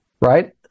Right